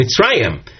Mitzrayim